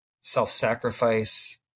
self-sacrifice